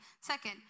Second